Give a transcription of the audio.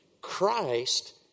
Christ